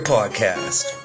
Podcast